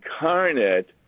incarnate